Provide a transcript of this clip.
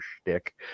shtick